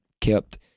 kept